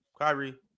Kyrie